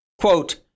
Quote